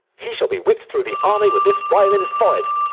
he shall be whipt through the army with this rhyme in's forehead.